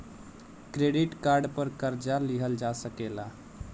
credit card पर कर्जा लिहल जा सकेला